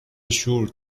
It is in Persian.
شور